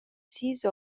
sis